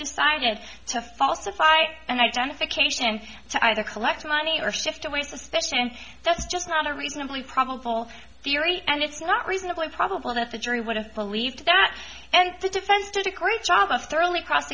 decided to falsify and identification to either collect money or shift away suspicion that's just not a reasonably probable theory and it's not reasonably probable that the jury would have believed that and the defense did a great job of thoroughly cross